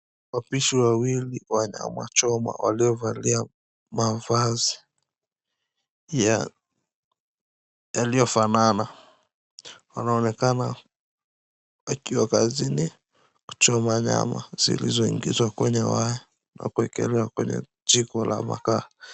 Wapishi wawili wanaochoma waliovalia mavazi yaliyofanana wanaonekana wakiwa kazini kuchoma nyama zilizoingizwa kwenye waya na kuwekelewa kwenye jiko la makaa.